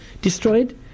destroyed